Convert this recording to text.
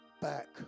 back